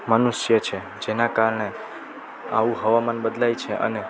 મનુષ્ય છે જેનાં કારણે આવું હવામાન બદલાઇ છે અને